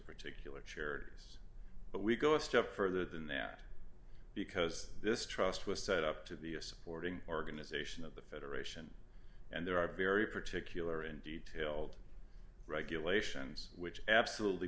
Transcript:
particular charities but we go a step further than that because this trust was set up to be a supporting organization of the federation and there are very particular in detail regulations which absolutely